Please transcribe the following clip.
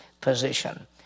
position